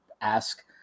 ask